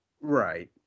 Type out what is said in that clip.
Right